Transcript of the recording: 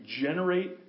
generate